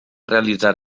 realitzar